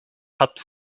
hat